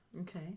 okay